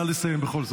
אבל נא לסיים בכל זאת.